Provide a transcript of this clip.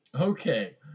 Okay